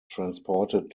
transported